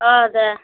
অ দে